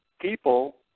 people